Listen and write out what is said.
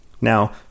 Now